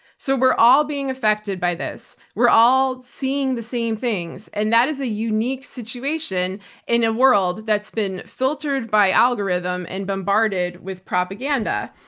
so we're all being affected by this. we're all seeing the same things and that is a unique situation in a world that's been filtered by algorithms and bombarded with propaganda.